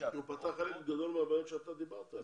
הוא פותר חלק גדול מהבעיות שאתה דיברת עליהן.